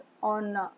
On